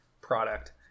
product